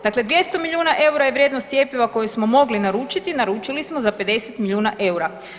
Dakle, 200 milijuna EUR-a je vrijednost cjepiva koje smo mogli naručiti, a naručili smo za 50 milijuna EUR-a.